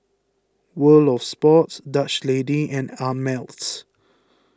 World of Sports Dutch Lady and Ameltz